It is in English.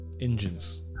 Engines